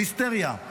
ליסטריה,